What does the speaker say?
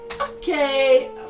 Okay